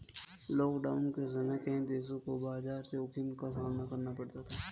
lockdown के समय कई देशों को बाजार जोखिम का सामना करना पड़ा था